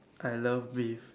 I love beef